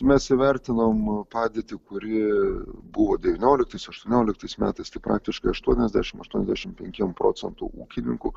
mes įvertinom padėtį kuri buvo devynioliktais aštuonioliktais metais tai praktiškai aštuoniasdešimt aštuoniasdešimt penkiem procentų ūkininkų